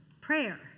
Prayer